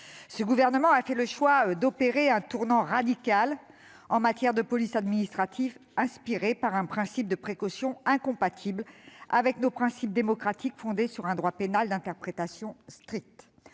Ce gouvernement a fait le choix d'opérer un tournant radical en matière de police administrative, inspiré par un principe de précaution incompatible avec nos principes démocratiques fondés sur un droit pénal d'interprétation stricte.